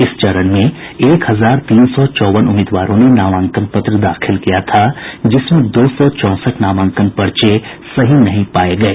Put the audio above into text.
इस चरण में एक हजार तीन सौ चौवन उम्मीदवारों ने नामांकन पत्र दाखिल किया था जिसमें दो सौ चौंसठ नामांकन पर्चे सही नहीं पाये गये